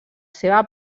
seva